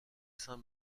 saint